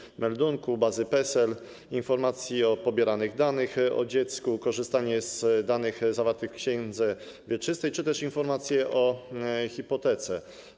Chodzi o meldunek, bazę PESEL, informacje o pobieranych danych o dziecku, korzystanie z danych zawartych w księdze wieczystej czy też informacje o hipotece.